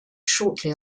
shortly